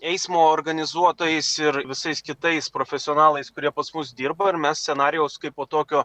eismo organizuotojais ir visais kitais profesionalais kurie pas mus dirba ir mes scenarijaus kaipo tokio